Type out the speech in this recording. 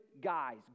guys